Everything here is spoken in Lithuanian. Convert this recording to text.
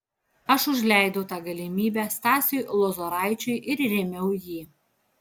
aš užleidau tą galimybę stasiui lozoraičiui ir rėmiau jį